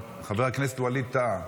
חבר הכנסת ואליד טאהא,